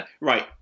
Right